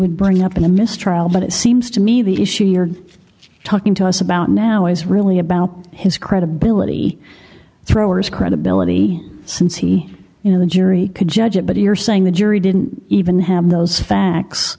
even bring up in a mistrial but it seems to me the issue you're talking to us about now is really about his credibility thrower's credibility since he you know the jury could judge it but you're saying the jury didn't even have those facts